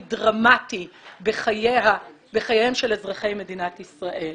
דרמטי בחייהם של אזרחי מדינת ישראל,